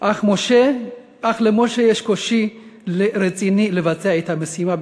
אך למשה יש קושי רציני לבצע את המשימה,